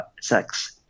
sex